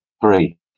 Three